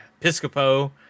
Piscopo